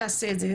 נעשה את זה.